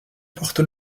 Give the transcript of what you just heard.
porte